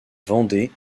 vendée